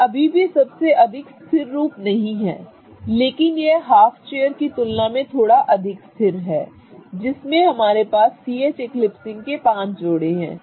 यह अभी भी सबसे अधिक स्थिर रूप नहीं है लेकिन यह हाफ चेयर की तुलना में थोड़ा अधिक स्थिर है जिसमें हमारे पास C H एकलिप्सिंग के 5 जोड़े हैं